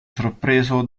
sorpreso